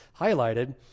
highlighted